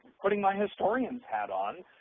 putting my historian's hat on,